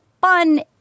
fun